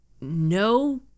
no